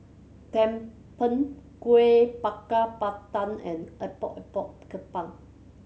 tumpeng Kueh Bakar Pandan and Epok Epok Kentang